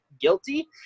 guilty